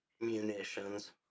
munitions